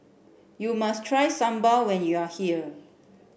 you must try sambal when you are here